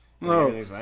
no